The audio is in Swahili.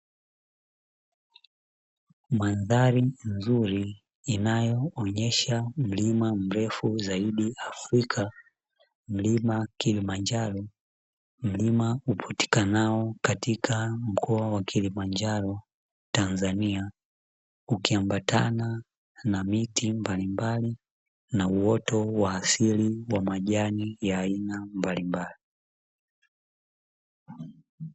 Mandhari nzuri inayoonyesha mlima mrefu zaidi Afrika mlima Kilimanjaro, mlima upatikanao katika mkoa wa Kilimanjaro, Tanzania. Ukiambatana na miti mbalimbali na uoto wa asili wa majani ya aina mbalimbali.